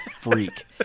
freak